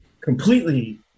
completely